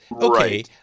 okay